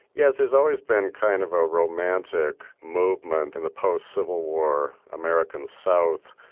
yes there's always been kind of a romantic movement in the post-civil war american south,